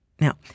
Now